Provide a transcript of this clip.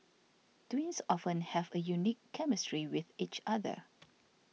twins often have a unique chemistry with each other